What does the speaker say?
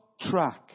track